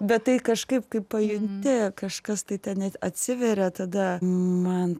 bet tai kažkaip kai pajunti kažkas tai ten atsiveria tada man